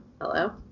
Hello